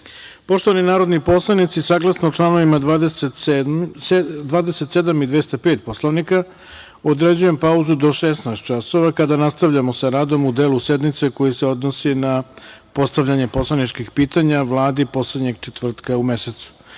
celini. Poštovani narodni poslanici, saglasno članovima 27. i 205. Poslovnika, određujem pauzu do 16,00 časova, kada nastavljamo sa radom u delu sednice koja se odnosi na postavljanje poslaničkih pitanja Vladi poslednjeg četvrtka u mesecu. Samo